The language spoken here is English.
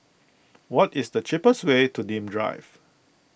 what is the cheapest way to Nim Drive